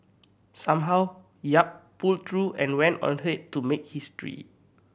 somehow Yap pulled through and went on ahead to make history